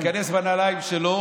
להיכנס בנעליים שלו,